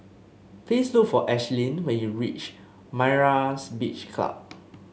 please look for Ashlyn when you reach Myra's Beach Club